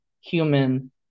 human